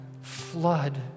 flood